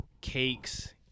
cakes